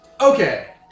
Okay